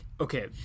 okay